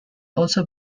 also